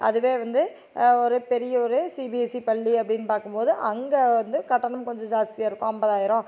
அதுவே வந்து ஒரு பெரிய ஒரு சிபிஎஸ்இ பள்ளி அப்டின்னு பார்க்கும்போது அங்கே வந்து கட்டணம் கொஞ்சம் ஜாஸ்தியாக இருக்கும் ஐம்பதாயிரோம்